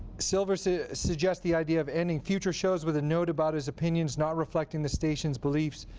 silver so suggests the idea of ending future shows with a note about his opinions not reflecting the station's beliefs,